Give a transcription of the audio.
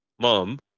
Mom